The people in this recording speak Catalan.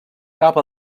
cap